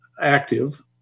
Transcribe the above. active